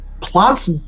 plants